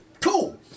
Cool